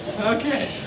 Okay